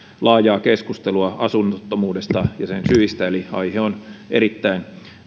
laajaa keskustelua asunnottomuudesta ja sen syistä eli aihe on erittäin